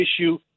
issue